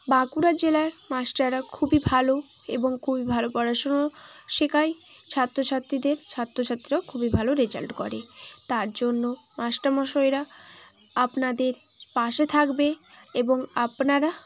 বাঁকুড়া জেলার মাস্টাররা খুবই ভালো এবং খুবই ভালো পড়াশুনো শেখায় ছাত্রছাত্রীদের ছাত্রছাত্রীরাও খুবই ভালো রেজাল্ট করে তার জন্য মাস্টারমশাইরা আপনাদের পাশে থাকবে এবং আপনারা